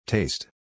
Taste